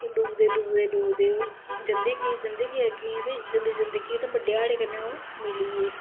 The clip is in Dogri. डुबदे डुबदे ओह् जंदे गे जंदे गे अग्गे गी ते जंदे जंदे के कि बड्डे हाड़े कन्नै ओह् मिली गे